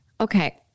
Okay